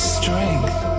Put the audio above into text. strength